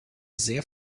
sehr